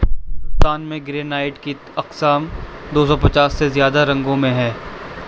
ہندوستان میں گرینائٹ کی اقسام دو سو پچاس سے زیادہ رنگوں میں ہیں